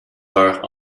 heures